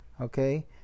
okay